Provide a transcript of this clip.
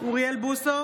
אוריאל בוסו,